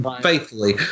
faithfully